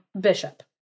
bishop